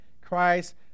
Christ